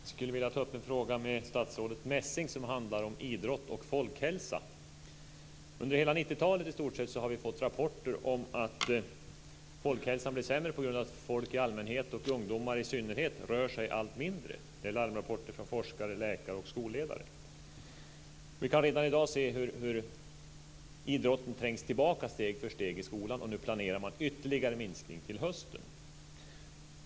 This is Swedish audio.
Herr talman! Jag skulle vilja ta upp en fråga med statsrådet Messing som handlar om idrott och folkhälsa. Under i stort sett hela 90-talet har vi fått rapporter om att folkhälsan blir sämre på grund av att folk i allmänhet och ungdomar i synnerhet rör sig allt mindre. Det är larmrapporter från forskare, läkare och skolledare. Vi kan redan i dag se hur idrotten trängs tillbaka steg för i steg i skolan, och nu planerar man en ytterligare minskning till hösten.